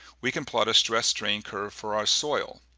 we can plot a stress-strain curve for our soil.